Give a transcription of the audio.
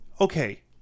okay